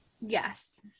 Yes